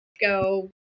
go